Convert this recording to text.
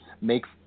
makes